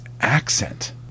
accent